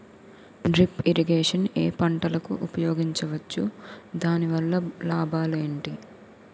Drip irrigation ఏ పంటలకు ఉపయోగించవచ్చు? దాని వల్ల లాభాలు ఏంటి?